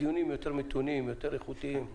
הדיונים יותר מתונים, יותר איכותיים.